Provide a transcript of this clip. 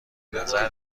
نظر